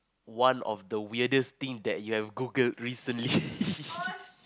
one of the weirdest thing that you have Googled recently